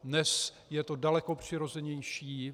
Dnes je to daleko přirozenější.